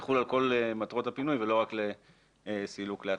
יחול על כל מטרות הפינוי ולא רק לסילוק להטמנה.